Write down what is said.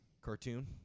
cartoon